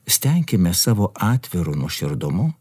stenkimės savo atviru nuoširdumu